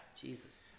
Jesus